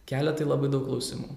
kelia tai labai daug klausimų